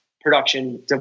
production